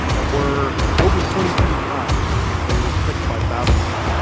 were over twenty feet high, and they were protected by battlements,